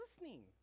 listening